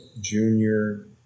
junior